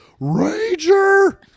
rager